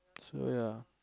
so ya